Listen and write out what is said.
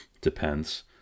Depends